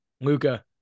Luka